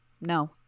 No